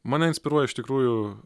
mane inspiruoja iš tikrųjų